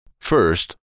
First